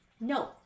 no